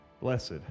Blessed